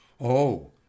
Oh